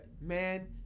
man